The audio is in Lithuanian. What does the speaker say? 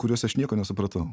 kuriuos aš nieko nesupratau